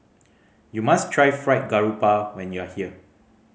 you must try Fried Garoupa when you are here